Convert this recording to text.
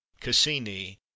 Cassini